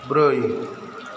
ब्रै